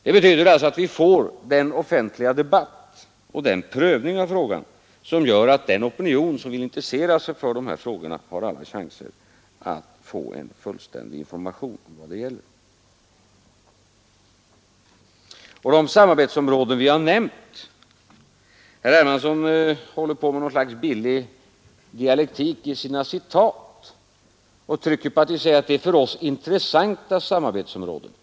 Det betyder alltså att vi får den offentliga debatt och den prövning av frågan som gör att den opinion som vill intressera sig för 74 dessa frågor har alla chanser att få en fullständig information om vad det gäller. Herr Hermansson håller på med något slags billig dialektik i sina citat — Nr 138 och trycker på att de samarbetsområden vi nämnt är för oss intressanta 5 Tisdagen den samarbetsområden.